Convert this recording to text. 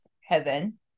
heaven